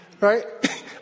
right